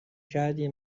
کردی